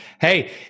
Hey